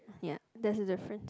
ya that's the difference